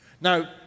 Now